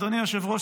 אדוני היושב-ראש,